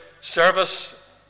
service